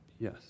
Yes